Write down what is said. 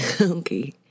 Okay